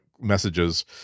messages